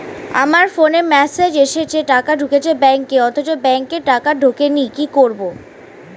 আমার ফোনে মেসেজ এসেছে টাকা ঢুকেছে ব্যাঙ্কে অথচ ব্যাংকে টাকা ঢোকেনি কি করবো?